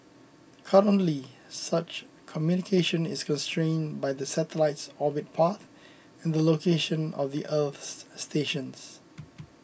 currently such communication is constrained by the satellite's orbit path and the location of the earth stations